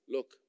Look